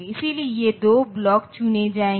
इसलिए ये दो ब्लॉक चुने जाएंगे